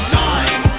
time